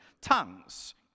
Tongues